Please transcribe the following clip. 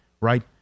right